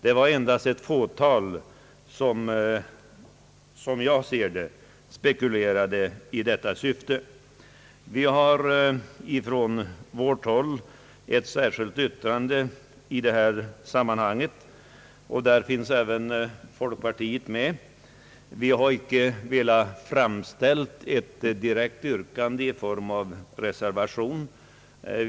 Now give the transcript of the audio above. Det var endast ett fåtal som spekulerade — som jag ser det — i detta syfte. Vi har i detta sammanhang ett särskilt yttrande, som även biträtts av representanter för folkpartiet. Ett direkt yrkande i form av en reservation har vi icke velat framställa.